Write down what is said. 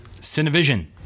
cinevision